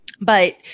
But-